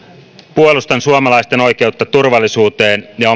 puolustan suomalaisten oikeutta turvallisuuteen ja